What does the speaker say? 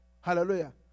Hallelujah